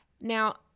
Now